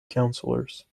councillors